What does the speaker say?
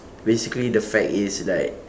basically the fact is like